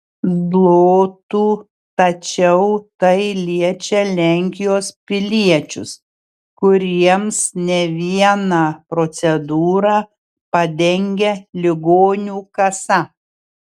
zlotų tačiau tai liečia lenkijos piliečius kuriems ne vieną procedūrą padengia ligonių kasa